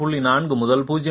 4 முதல் 0